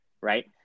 right